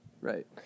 Right